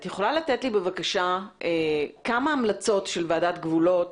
את יכולה לתת לי בבקשה, כמה המלצות של ועדת גבולות